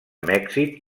mèxic